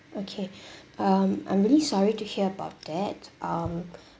okay um I'm really sorry to hear about that um